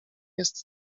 jest